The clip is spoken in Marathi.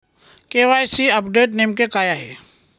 के.वाय.सी अपडेट नेमके काय आहे?